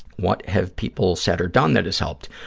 what have people said or done that has helped?